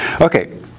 Okay